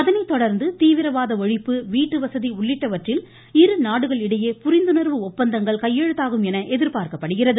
அதனைத்தொடர்ந்து தீவிரவாத ஒழிப்பு வீட்டு வசதி உள்ளிட்டவற்றில் இரு நாடுகள் இடையே புரிந்துணர்வு ஒப்பந்தங்கள் கையெழுத்தாகும் என எதிர்பார்க்கப்படுகிறது